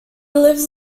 lives